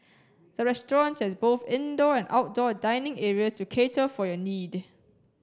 the restaurant has both indoor and outdoor dining areas to cater for your need